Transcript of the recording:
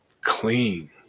clean